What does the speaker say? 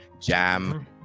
jam